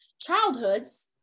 childhoods